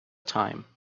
time